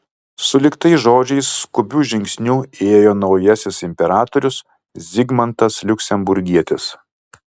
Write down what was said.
sulig tais žodžiais skubiu žingsniu įėjo naujasis imperatorius zigmantas liuksemburgietis